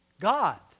God